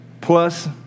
plus